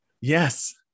yes